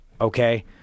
okay